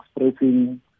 expressing